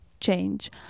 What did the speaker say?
change